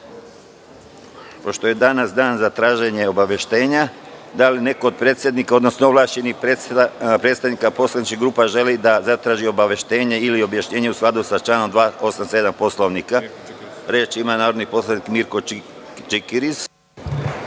je danas dan za traženje obaveštenja, da li neko od predsednika, odnosno ovlašćenih predstavnika poslaničkih grupa želi da zatraži obaveštenje ili objašnjenje, u skladu sa članom 287. Poslovnika. Reč ima narodni poslanik Mirko Čikiriz.